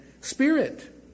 spirit